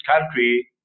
country